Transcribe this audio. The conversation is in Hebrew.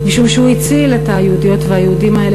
משום שהוא הציל את היהודיות והיהודים האלה